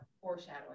foreshadowing